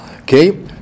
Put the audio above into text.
Okay